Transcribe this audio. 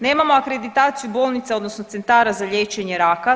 Nemamo akreditaciju bolnica, odnosno centara za liječenje raka.